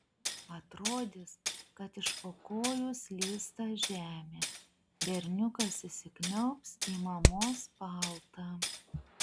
atrodys kad iš po kojų slysta žemė berniukas įsikniaubs į mamos paltą